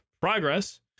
progress